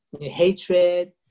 Hatred